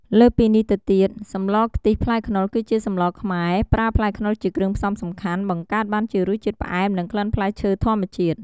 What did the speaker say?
លើសពីនេះទៅទៀត សម្លរខ្ទិះផ្លែខ្នុរ គឺជាសម្លខ្មែរ ប្រើផ្លែខ្នុរជាគ្រឿងផ្សំសំខាន់ បង្កើតបានជារសជាតិផ្អែម និងក្លិនផ្លែឈើធម្មជាតិ។